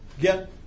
get